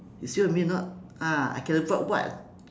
you see what I mean not ah I can avoid what